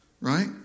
Right